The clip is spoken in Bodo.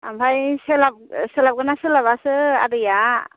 ओमफ्राय सोलाबगोन ना सोलाबासो आदैया